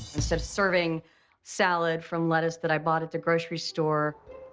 instead of serving salad from lettuce that i bought at the grocery store,